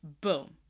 boom